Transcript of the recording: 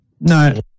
No